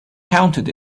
counted